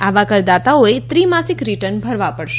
આવા કરદાતાઓએ ત્રૈમાસિક રિટર્ન ભરવા પડશે